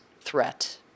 threat